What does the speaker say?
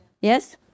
Yes